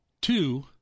two